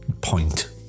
point